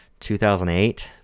2008